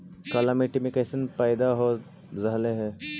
काला मिट्टी मे कैसन पैदा हो रहले है?